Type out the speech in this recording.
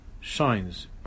shines